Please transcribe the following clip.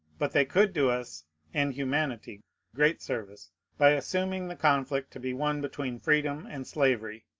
but they could do us and humanity great service by assuming the conflict to be one between freedom and slavery,